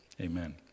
Amen